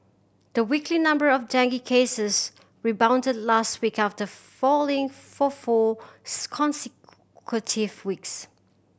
the weekly number of dengue cases rebounded last week after falling for four weeks